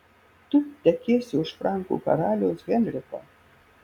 tu tekėsi už frankų karaliaus henriko